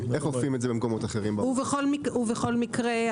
ובכל מקרה,